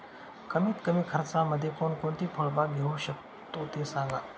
कमीत कमी खर्चामध्ये कोणकोणती फळबाग घेऊ शकतो ते सांगा